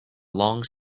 long